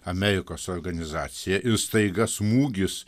amerikos organizaciją ir staiga smūgis